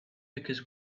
because